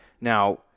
Now